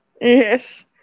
Yes